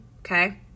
okay